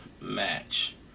match